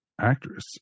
actress